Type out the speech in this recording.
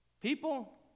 People